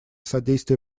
содействия